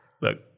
look